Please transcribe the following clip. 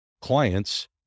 clients